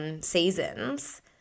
seasons